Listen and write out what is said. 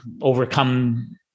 overcome